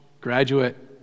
graduate